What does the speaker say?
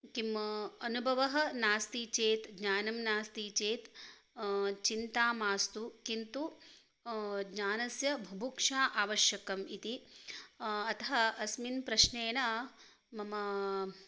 किम् अनुभवः नास्ति चेत् ज्ञानं नास्ति चेत् चिन्ता मास्तु किन्तु ज्ञानस्य बुभुक्षा आवश्यकम् इति अतः अस्मिन् प्रश्नेन मम